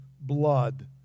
blood